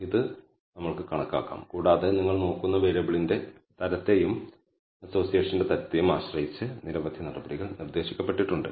ഇത് നമ്മൾക്ക് കണക്കാക്കാം കൂടാതെ നിങ്ങൾ നോക്കുന്ന വേരിയബിളിന്റെ തരത്തെയും അസോസിയേഷന്റെ തരത്തെയും ആശ്രയിച്ച് നിരവധി നടപടികൾ നിർദ്ദേശിക്കപ്പെട്ടിട്ടുണ്ട്